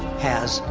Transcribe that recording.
has.